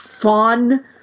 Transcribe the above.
fun